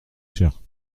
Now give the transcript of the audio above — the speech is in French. chère